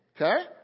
Okay